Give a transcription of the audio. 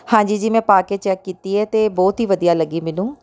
ਹਾਂਜੀ ਜੀ ਮੈਂ ਪਾ ਕੇ ਚੈੱਕ ਕੀਤੀ ਹੈ ਅਤੇ ਬਹੁਤ ਹੀ ਵਧੀਆ ਲੱਗੀ ਮੈਨੂੰ